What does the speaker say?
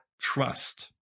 trust